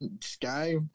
Sky